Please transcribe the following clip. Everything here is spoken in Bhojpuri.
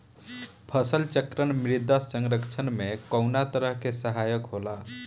फसल चक्रण मृदा संरक्षण में कउना तरह से सहायक होला?